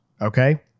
okay